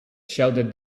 shouted